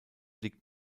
liegt